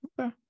okay